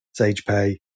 SagePay